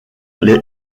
les